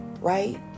Right